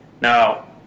Now